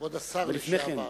כבוד השר לשעבר,